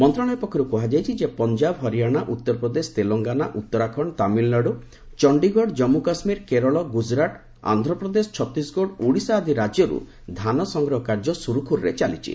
ମନ୍ତ୍ରଶାଳୟ ପକ୍ଷରୁ କୁହାଯାଇଛି ପଞ୍ଜାବ ହରିୟାଣା ଉତ୍ତର ପ୍ରଦେଶ ଡେଲଙ୍ଗାନା ଉତ୍ତରାଖଣ୍ଡ ତାମିଲ୍ନାଡୁ ଚଣ୍ଡୀଗଡ଼ ଜମ୍ମୁ କାଶ୍ମୀର କେରଳ ଗୁଜୁରାଟ୍ ଆନ୍ଧ୍ରପ୍ରଦେଶ ଛତିଶଗଡ଼ ଓଡ଼ିଶା ଆଦି ରାଜ୍ୟରୁ ଧାନ ସଂଗ୍ରହ କାର୍ଯ୍ୟ ସୁରୁଖୁରୁରେ ଚାଲିଛି